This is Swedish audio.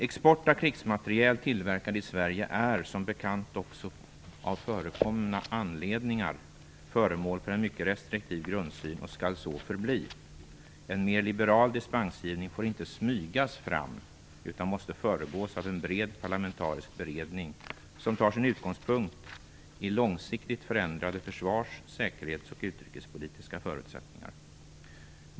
Export av krigsmateriel tillverkad i Sverige är, som bekant, på förekommen anledning föremål för en mycket restriktiv grundsyn, och skall så förbli. En mer liberal dispensgivning får inte smygas fram, utan den måste föregås av en bred parlamentarisk beredning som tar sin utgångspunkt i långsiktigt förändrade försvars-, säkerhets och utrikespolitiska förutsättningar.